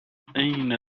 أين